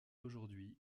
aujourd’hui